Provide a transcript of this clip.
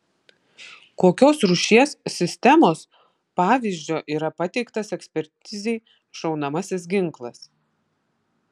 kokios rūšies sistemos pavyzdžio yra pateiktas ekspertizei šaunamasis ginklas